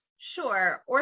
Sure